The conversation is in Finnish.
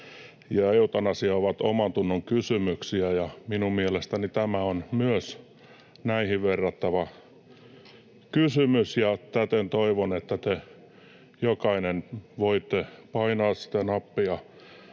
eutanasia ovat omantunnon kysymyksiä, ja minun mielestäni myös tämä on näihin verrattava kysymys. Täten toivon, että te jokainen voitte painaa sitä